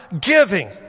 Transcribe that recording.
giving